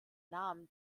namen